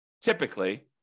typically